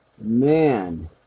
man